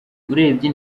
urebye